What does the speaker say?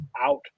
out